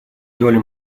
доля